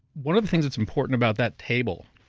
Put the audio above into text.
one of the things that's important about that table